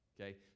okay